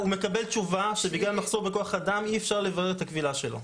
הוא מקבל תשובה שבגלל מחסור בכוח אדם אי אפשר לברר את הקבילה שלו.